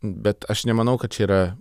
bet aš nemanau kad čia yra